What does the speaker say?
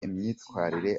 imyitwarire